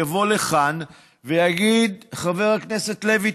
יבוא לכאן ויגיד: חבר הכנסת לוי,